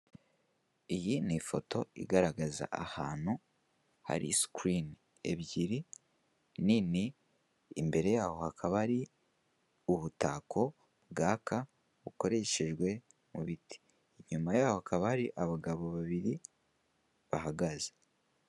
Iyi ni ifoto igaragaza ahantu hari sekirini ebyiri, nini, imbere yaho hakaba hari ubutako bwaka, bukoreshejwe mu biti. Inyuma yaho hakaba hari umugabo babiri, bahagaze.